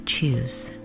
choose